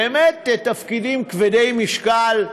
באמת תפקידים כבדי משקל,